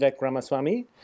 Ramaswamy